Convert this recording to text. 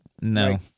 no